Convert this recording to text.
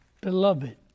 beloved